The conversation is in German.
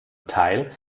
teil